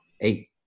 eight